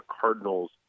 Cardinals